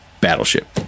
Battleship